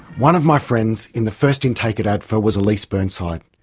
one of my friends in the first intake at adfa was elise burnside.